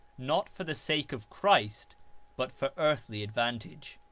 not for the sake of christ but for earthly advantage.